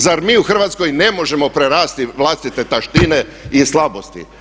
Zar mi u Hrvatskoj ne možemo prerasti vlastite taštine i slabosti?